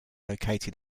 located